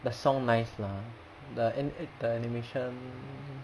the song nice lah the ani~ the animation